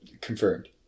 confirmed